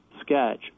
sketch